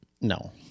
No